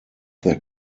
their